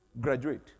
graduate